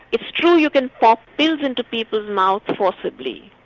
it's true you can pop pills into people's mouth forcibly,